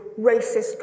racist